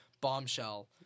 bombshell